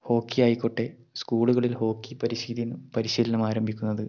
hockey ആയിക്കോട്ടെ സ്കൂളുകളിൽ hockey പരിശീനം പരിശീലനം ആരംഭിക്കുന്നത്